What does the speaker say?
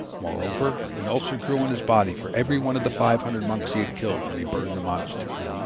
moreover, an ulcer grew on his body for every one of the five hundred monks he had killed when he burned the monastery.